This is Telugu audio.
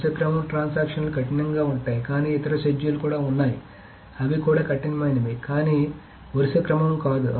వరుస క్రమం ట్రాన్సాక్షన్ లు కఠినంగా ఉంటాయి కానీ ఇతర షెడ్యూల్ కూడా ఉన్నాయి అవి కూడా కఠినమైనవి కానీ వరుస క్రమం కాదు